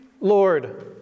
Lord